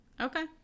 Okay